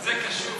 זה קשה.